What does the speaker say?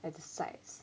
at the sides